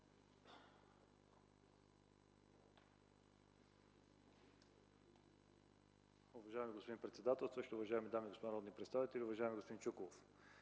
Уважаеми господин председателстващ, дами и господа народни представители, уважаеми господин Иванов!